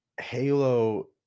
Halo